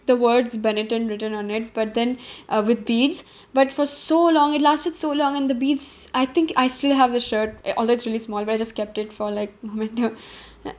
the words Benetton written on it but then uh with beads but for so long it lasted so long and the beads I think I still have the shirt uh although it's really small but I just kept it for like who may know